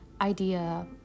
idea